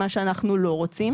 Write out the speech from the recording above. מה שאנחנו לא רוצים,